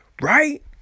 Right